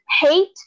hate